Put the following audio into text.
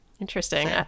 Interesting